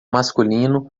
masculino